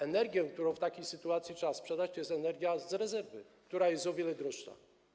Energią, którą w takiej sytuacji trzeba sprzedać, jest energia z rezerwy, która jest o wiele droższa.